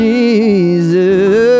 Jesus